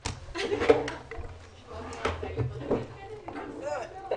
11:55.